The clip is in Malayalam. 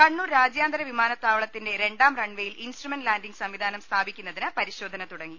കണ്ണൂർ രാജ്യാന്തര വിമാനതാവളത്തിന്റെ രണ്ടാം റൺവെയിൽ ഇൻസ്ട്രുമെന്റ് ലാന്റിംഗ് സംവിധാനം സ്ഥാപിക്കുന്നതിന് പരിശോധന തുടങ്ങി